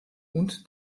und